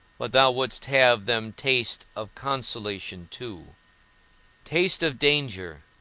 but thou wouldst have them taste of consolation too taste of danger,